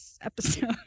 episode